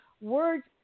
words